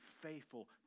faithful